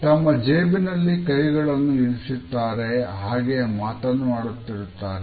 ತಮ್ಮ ಜೇಬಿನಲ್ಲಿ ಕೈಗಳನ್ನು ಇರಿಸಿರುತ್ತಾರೆ ಹಾಗೆಯೇ ಮಾತನ್ನು ಆಡುತ್ತಿರುತ್ತಾರೆ